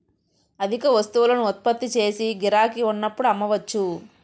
అధిక వస్తువులను ఉత్పత్తి చేసి గిరాకీ ఉన్నప్పుడు అమ్మవచ్చు